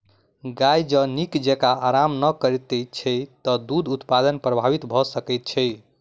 गाय जँ नीक जेँका आराम नै करैत छै त दूध उत्पादन प्रभावित भ सकैत छै